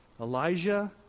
Elijah